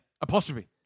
Apostrophe